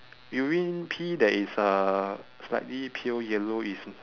urine pee there is a slightly pale yellow is